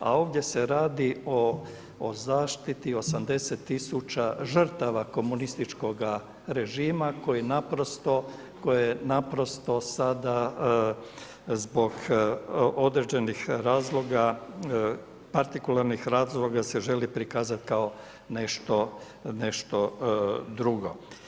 A ovdje se radi o zaštiti 80 000 žrtava komunističkoga režima koji naprosto sada zbog određenih razloga, partikularnih razloga se želi prikazati kao nešto drugo.